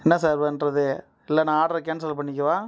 என்ன சார் பண்ணுறது இல்லை நான் ஆர்டரை கேன்சல் பண்ணிக்கவா